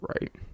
right